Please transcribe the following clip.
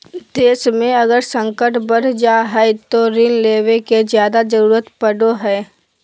देश मे अगर संकट बढ़ जा हय तो ऋण लेवे के जादे जरूरत पड़ो हय